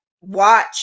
watch